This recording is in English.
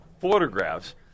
photographs